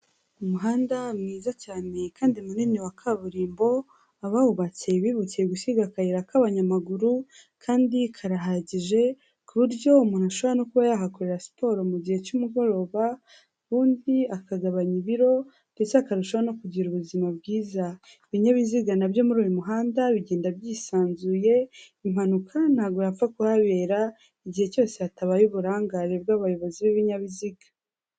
Umuhanda mwiza cyane kandi munini wa kaburimbo, abawubatse bibutse gusiga akayira k'abanyamaguru kandi karahagije, ku buryo umuntu ashobora no kuba yahakorera siporo mu gihe cy'umugoroba, ubundi akagabanya ibiro ndetse akarushaho no kugira ubuzima bwiza, ibinyabiziga na byo muri uyu muhanda bigenda byisanzuye, impanuka ntabwo yapfa kuhabera igihe cyose hatabaye uburangare bw'abayobozi b'ibinyabiziga.